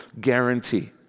guarantee